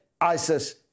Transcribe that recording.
ISIS